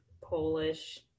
Polish